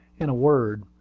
in a word,